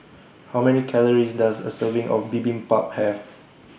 How Many Calories Does A Serving of Bibimbap Have